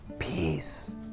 peace